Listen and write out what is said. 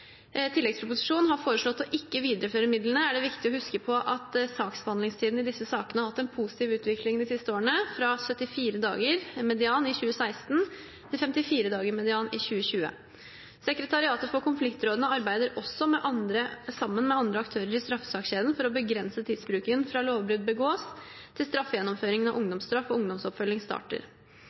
har foreslått å ikke videreføre midlene, er det viktig å huske på at saksbehandlingstiden i disse sakene har hatt en positiv utvikling de siste årene, fra 74 dager, median, i 2016 til 54 dager, median, i 2020. Sekretariatet for konfliktrådene arbeider også sammen med andre aktører i straffesakskjeden for å begrense tidsbruken fra lovbrudd begås, til straffegjennomføringen av ungdomsstraff og ungdomsoppfølging starter.